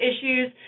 issues